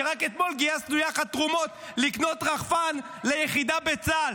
שרק אתמול גייסנו יחד תרומות לקנות רחפן ליחידה בצה"ל.